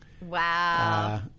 Wow